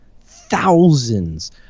thousands